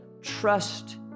trust